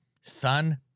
son